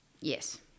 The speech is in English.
Yes